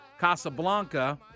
Casablanca